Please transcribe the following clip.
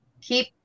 keep